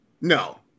No